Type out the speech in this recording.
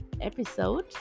episode